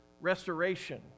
restoration